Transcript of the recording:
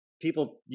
people